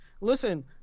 listen